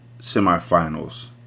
Semifinals